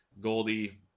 Goldie